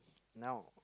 now